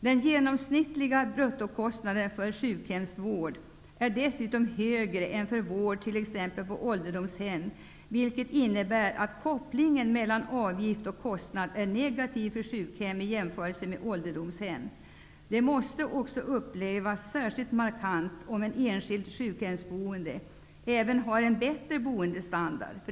Den genomsnittliga bruttokostnaden för sjukhemsvård är dessutom högre än för vård på t.ex. ålderdomshem, vilket innebär att kopplingen mellan avgift och kostnad är negativ för sjukhem i jämförelse med åldersdomshem. Det måste upplevas särskilt markant, om en enskild sjukhemsboende även har en bättre boendestandard.